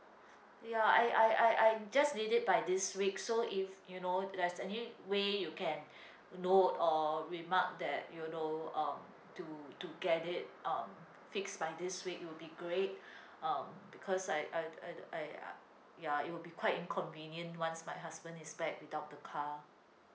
ya I I I I just need it by this week so if you know there's any way you can note or remark that you know um to to get it um fixed by this week it will be great um because I I I I I ya it'll be quite inconvenient once my husband is back without the car